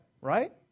right